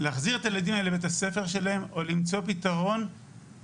להחזיר את הילדים האלה לבית הספר שלהם או למצוא לילדים האלה פתרון הולם,